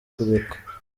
kureka